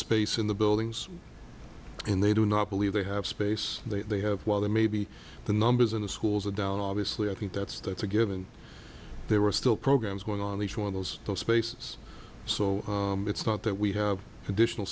space in the buildings and they do not believe they have space they have while there maybe the numbers in the schools are down obviously i think that's that's a given there were still programs going on each one of those spaces so it's not that we have additional